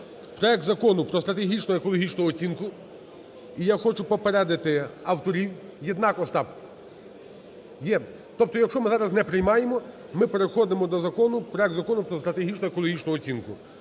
проект Закону про стратегічну екологічну оцінку. І я хочу попередити авторів… Єднак Остап? Є. Тобто, якщо ми зараз не приймаємо, ми переходимо до проект Закону про стратегічну екологічну оцінку.